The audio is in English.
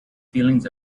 feelings